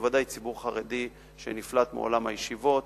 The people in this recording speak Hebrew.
בוודאי ציבור חרדי שנפלט מעולם הישיבות